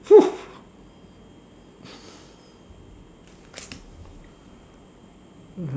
!woo!